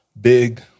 big